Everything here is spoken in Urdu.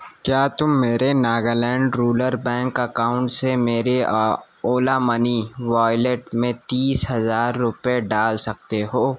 کیا تم میرے Nagaland rural bank account سے میرے اولا منی والیٹ میں تیس ہزار روپئے ڈال سکتے ہو